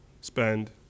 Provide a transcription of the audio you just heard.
spend